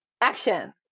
action